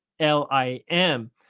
L-I-M